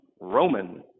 Roman